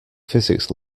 physics